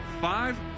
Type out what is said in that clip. Five